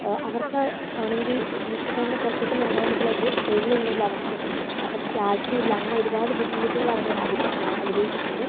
ആ അവർക്ക് ആണെങ്കിൽ വീട്ടിൽത്തന്നെ പുറത്തേക്കൊന്നും ഇറങ്ങാനും പറ്റില്ല തൊഴിലൊന്നുമില്ല അവർക്കും അപ്പം ക്യാഷും ഇല്ല അങ്ങനെ ഒരുപാട് ബുദ്ധിമുട്ടുകള് അവര് അഭിന അനുഭവിച്ചിട്ടുണ്ട്